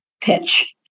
pitch